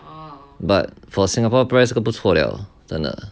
but for singapore press 这个不错了真的